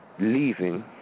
leaving